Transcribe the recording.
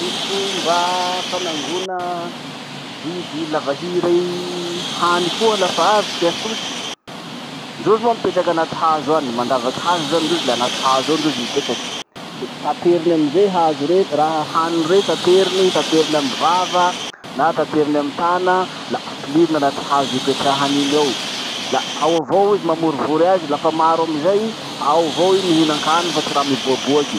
Ty fomba fanangona biby lavahiry hany koa lafa avy ty asotry: ndrozy manko mipetraky anaty hazo any. Mandavaky hazo zany ndrozy le anaty hazo ao ndrozy mipetraky. Le tateriny amizay hazo rey- raha hany rey tateriny, tanteriny amy vava, na tanteriny amy tana, la ampiliriny anaty hazo ipetrahany iny ao. La ao avao i mamorovory azy, lafa maro amizay i, ao avao i mihinankany fa tsy raha miboaboaky.